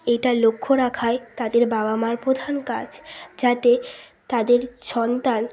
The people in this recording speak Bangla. এটা লক্ষ্য রাখাই তাদের বাবা মার প্রধান কাজ যাতে তাদের সন্তান